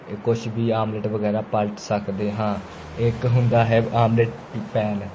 ਕੁਛ ਵੀ ਆਮਲੇਟ ਵਗੈਰਾ ਪਲਟ ਸਕਦੇ ਹਾਂ ਇੱਕ ਹੁੰਦਾ ਹੈ ਆਮਲੇਟ ਪੈਨ